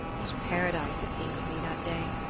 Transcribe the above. what paradise it seemed to me that day!